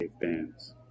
bands